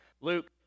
Luke